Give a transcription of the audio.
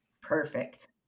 Perfect